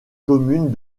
communes